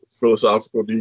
philosophical